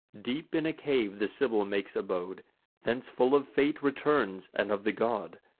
deep in a cave the sibyl makes abode thence full of fate returns, and of the god.